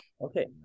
Okay